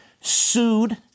Sued